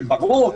שברור,